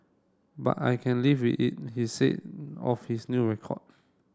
but I can live with it he said of his new record